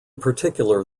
particular